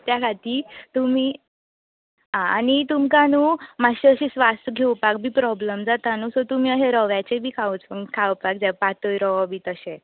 त्या खातीर तुमी आं आनी तुमकां न्हय मातशें अशें स्वास घेवपाक बी प्रोबलम जाता न्हय सो तुमी अशें रव्याचे बी खांवपाक जाय पातळ रवो बी तशें